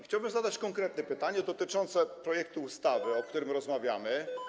Chciałbym zadać konkretne pytanie dotyczące projektu ustawy, o którym rozmawiamy.